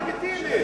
זה לגיטימי.